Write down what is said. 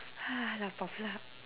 lapar pula